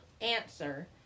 answer